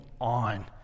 on